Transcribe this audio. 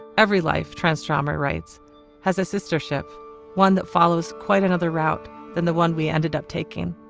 every life transformer writes has a sister ship one that follows quite another route than the one we ended up taking